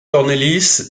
cornelis